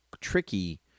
tricky